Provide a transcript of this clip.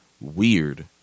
weird